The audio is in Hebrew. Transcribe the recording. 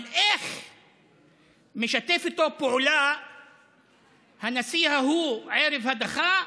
אבל איך משתף איתו פעולה הנשיא ההוא ערב הדחה,